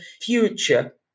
future